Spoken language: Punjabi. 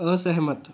ਅਸਹਿਮਤ